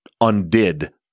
undid